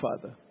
Father